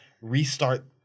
restart